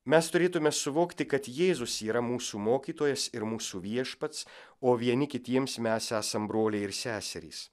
mes turėtume suvokti kad jėzus yra mūsų mokytojas ir mūsų viešpats o vieni kitiems mes esam broliai ir seserys